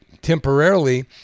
temporarily